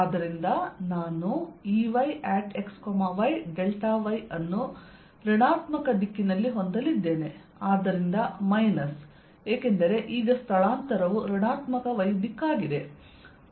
ಆದ್ದರಿಂದ ನಾನು Eyxy Δy ಅನ್ನು ಋಣಾತ್ಮಕ ದಿಕ್ಕಿನಲ್ಲಿದೆ ಹೊಂದಲಿದ್ದೇನೆ ಆದ್ದರಿಂದ ಮೈನಸ್ ಏಕೆಂದರೆ ಈಗ ಸ್ಥಳಾಂತರವು ಋಣಾತ್ಮಕ y ದಿಕ್ಕಾಗಿದೆ